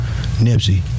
Nipsey